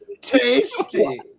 tasty